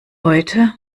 heute